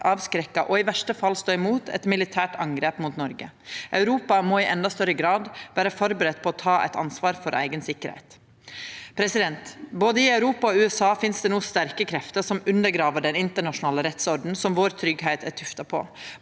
avskrekka og i verste fall stå imot eit militært angrep mot Noreg. Europa må i endå større grad vera forberedd på å ta eit ansvar for eigen sikkerheit. Både i Europa og i USA finst det no sterke krefter som undergrev den internasjonale rettsordenen som vår tryggleik er tufta på.